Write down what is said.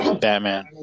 Batman